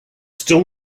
still